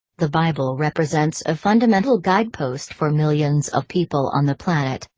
the bible represents a fundamental guidepost for millions of people on the planet,